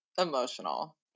emotional